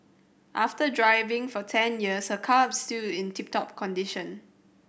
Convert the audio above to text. after driving for ten years her car is still in tip top condition